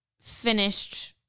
finished